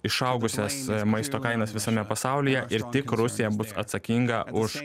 išaugusias maisto kainas visame pasaulyje ir tik rusija bus atsakinga už